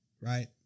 right